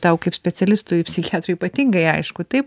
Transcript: tau kaip specialistui psichiatrui ypatingai aišku tai